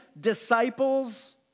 disciples